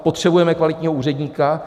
Potřebujeme kvalitního úředníka.